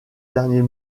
dernier